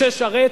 משה שרת,